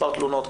מספר תלונות,